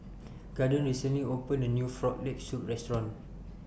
Gordon recently opened A New Frog Leg Soup Restaurant